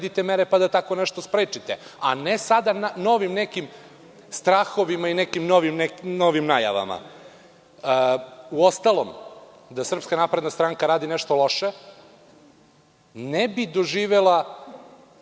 da predvidite mere i da tako nešto sprečite, a ne sada novim nekim strahovima i nekim novim najavama. Uostalom, da SNS radi nešto loše, ne bi doživela